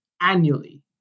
annually